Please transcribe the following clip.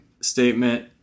statement